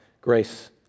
grace